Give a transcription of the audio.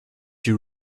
you